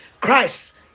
Christ